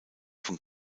von